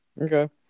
Okay